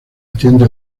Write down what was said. atiende